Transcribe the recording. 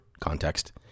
context